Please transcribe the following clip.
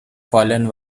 fallen